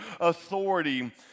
authority